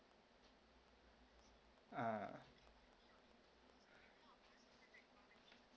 ah